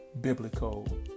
biblical